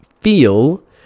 feel